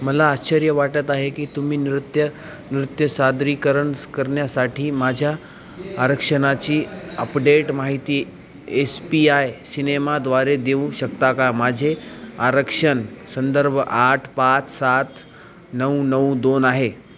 मला आश्चर्य वाटत आहे की तुम्ही नृत्य नृत्य सादरीकरणास करण्यासाठी माझ्या आरक्षणाची अपडेट माहिती एस पी आय सिनेमाद्वारे देऊ शकता का माझे आरक्षण संदर्भ आठ पाच सात नऊ नऊ दोन आहे